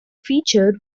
featured